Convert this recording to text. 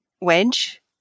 Wedge